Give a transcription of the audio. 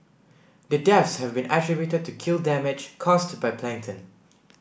the deaths have been attributed to gill damage caused by plankton